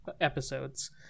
episodes